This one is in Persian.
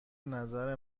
نظر